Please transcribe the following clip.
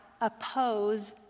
oppose